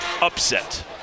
upset